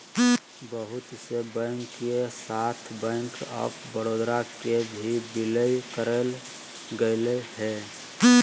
बहुत से बैंक के साथ बैंक आफ बडौदा के भी विलय करेल गेलय हें